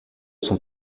son